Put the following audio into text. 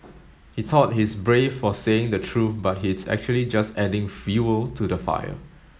he thought he's brave for saying the truth but he's actually just adding fuel to the fire